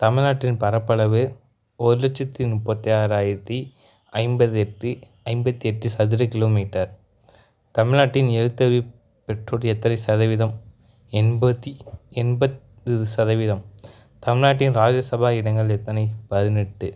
தமிழ்நாட்டின் பரப்பளவு ஒரு லட்சத்து முப்பத்தி ஆறாயிரத்து ஐம்பது எட்டு ஐம்பத்து எட்டு சதுர கிலோமீட்டர் தமிழ்நாட்டின் எழுத்தறிவு பெற்றோர் எத்தனை சதவீதம் எண்பத்து எண்பது சதவீதம் தமிழ்நாட்டின் ராஜ்யசபா இடங்கள் எத்தனை பதினெட்டு